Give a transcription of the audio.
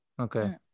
Okay